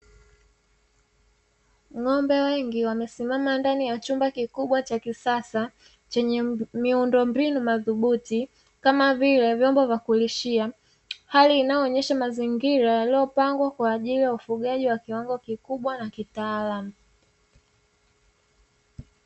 Ng'ombe wengi wamesimama ndani ya chumba kikubwa cha kisasa, chenye miundombinu madhubuti, kama vile vyombo vya kulishia. Hali inayoonyesha mazingira yaliyopangwa kwa ajili ya ufugaji wa kiwango kikubwa na kitaalamu.